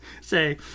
say